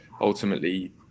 ultimately